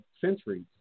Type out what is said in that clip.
centuries